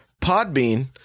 Podbean